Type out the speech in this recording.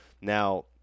Now